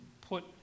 put